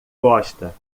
gosta